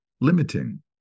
limiting